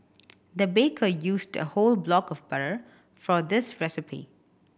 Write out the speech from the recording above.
the baker used a whole block of butter for this recipe